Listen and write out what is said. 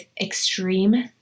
extreme